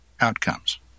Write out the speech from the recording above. outcomes